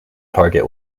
target